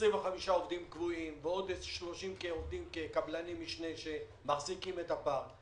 25 עובדים קבועים ועוד כ-30 עובדי קבלן משנה שמחזיקים את הפארק.